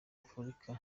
afrika